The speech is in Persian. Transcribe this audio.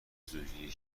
زورگیری